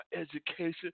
education